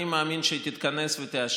אני מאמין שהיא תתכנס ותאשר,